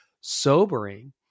Sobering